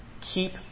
Keep